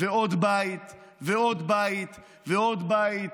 ועוד בית ועוד בית ועוד בית,